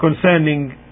concerning